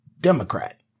Democrat